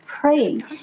praying